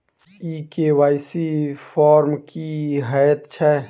ई KYC form की हएत छै?